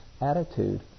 attitude